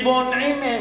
כי מונעים מהם,